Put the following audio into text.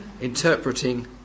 interpreting